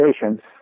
patients